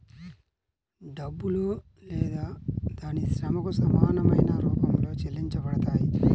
డబ్బులో లేదా దాని శ్రమకు సమానమైన రూపంలో చెల్లించబడతాయి